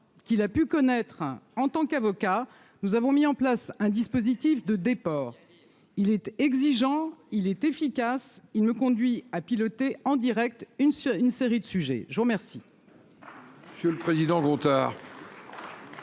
qu'il a pu connaître en tant qu'avocat, nous avons mis en place un dispositif de déport il était exigeant, il est efficace, il me conduit à piloter en Direct une une série de sujets je vous remercie.